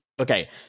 Okay